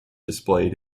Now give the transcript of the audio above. displayed